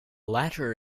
latter